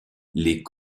les